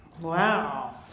Wow